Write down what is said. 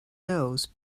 nose